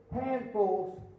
handfuls